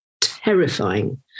terrifying